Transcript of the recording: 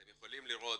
אתם יכולים לראות